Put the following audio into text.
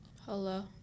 hello